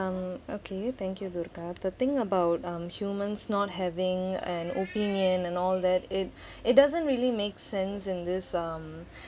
um okay thank you dhurga the thing about um humans not having an opinion and all that it it doesn't really make sense in this um